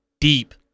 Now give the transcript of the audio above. deep